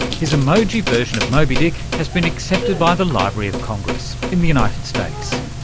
his emoji version of moby dick has been accepted by the library of congress in the united states.